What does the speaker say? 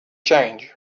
change